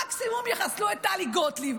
מקסימום יחסלו את טלי גוטליב.